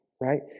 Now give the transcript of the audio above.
right